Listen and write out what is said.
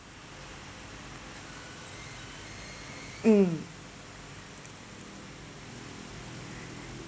mm